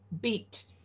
beat